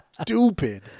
stupid